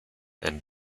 and